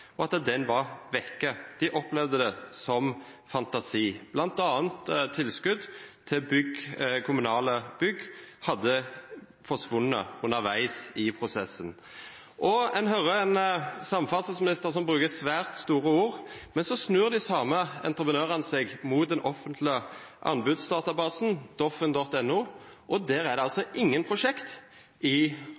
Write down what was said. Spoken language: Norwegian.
og at den var vekk. De opplevde den som fantasi. Blant annet hadde tilskudd til kommunale bygg forsvunnet underveis i prosessen. En hører en samferdselsminister som bruker svært store ord, men når de samme entreprenørene snur seg mot den offentlige anbudsdatabasen, Doffin, er det ingen prosjekt i Rogaland. Hvis en skal ha folk i